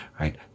right